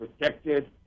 protected